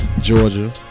Georgia